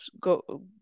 go